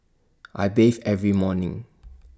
I bathe every morning